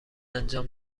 انجام